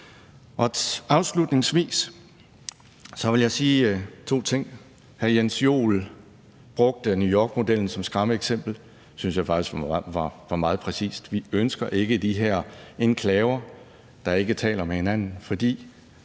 Afslutningsvis vil jeg sige to ting. Hr. Jens Joel brugte New York-modellen som skræmmeeksempel. Det synes jeg faktisk var meget præcist. Vi ønsker ikke de her enklaver, der ikke taler med hinanden,